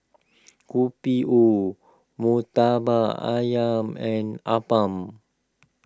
Kopi O Murtabak Ayam and Appam